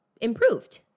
improved